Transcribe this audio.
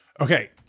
Okay